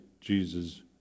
Jesus